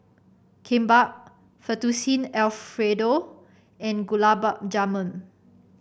Kimbap Fettuccine Alfredo and Gulab Jamun